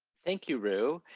thank you, roo.